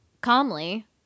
calmly